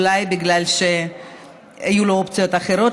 אולי בגלל שהיו לו אופציות אחרות,